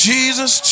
Jesus